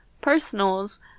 personals